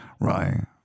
Right